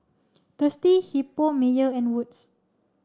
Thirsty Hippo Mayer and Wood's